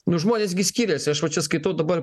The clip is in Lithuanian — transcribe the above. nu žmonės gi skiriasi aš va čia skaitau dabar